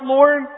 Lord